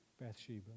Bathsheba